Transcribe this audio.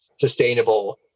sustainable